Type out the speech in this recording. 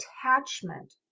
attachment